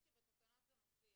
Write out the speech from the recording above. אני חושבת שבתקנות זה מופיע.